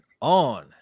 on